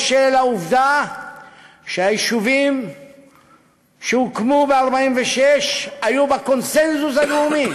בשל העובדה שהיישובים שהוקמו ב-1946 היו בקונסנזוס הלאומי,